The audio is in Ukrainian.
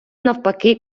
навпаки